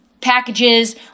packages